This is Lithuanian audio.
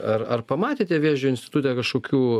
ar ar pamatėte vėžio institute kažkokių